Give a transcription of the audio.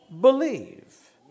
believe